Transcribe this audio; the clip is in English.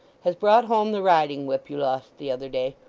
has brought home the riding-whip you lost the other day.